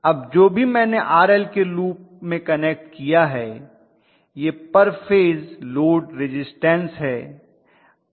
अब जो भी मैंने RL के रूप में कनेक्ट किया है यह पर फेज लोड रिज़िस्टन्स है